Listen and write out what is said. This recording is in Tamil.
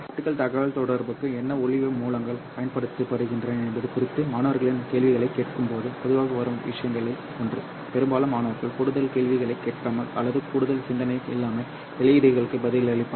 ஆப்டிகல் தகவல்தொடர்புக்கு என்ன ஒளி மூலங்கள் பயன்படுத்தப்படுகின்றன என்பது குறித்து மாணவர்களிடம் கேள்விகளைக் கேட்கும்போது பொதுவாக வரும் விஷயங்களில் ஒன்று பெரும்பாலான மாணவர்கள் கூடுதல் கேள்விகளைக் கேட்காமல் அல்லது கூடுதல் சிந்தனை இல்லாமல் LED களுக்கு பதிலளிப்பார்கள்